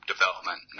development